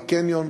בקניון,